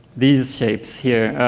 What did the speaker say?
these shapes here,